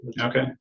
Okay